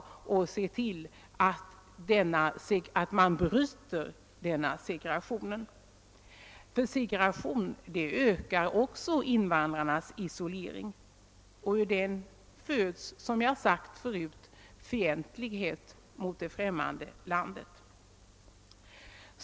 De måste se till att man bryter denna segregation. Densamma ökar nämligen också invandrarnas isolering, och därur föds, som jag sagt förut, fientlighet mot det främmande landet.